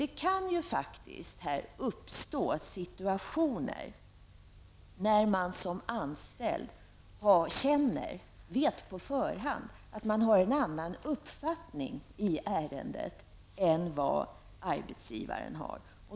Det kan faktiskt uppstå situationer när man som anställd på förhand vet att man har en annan uppfattning i ärendet än vad arbetsgivaren har.